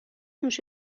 نوش